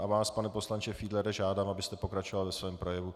A vás, pane poslanče Fiedlere, žádám, abyste pokračoval ve svém projevu.